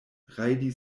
rajdi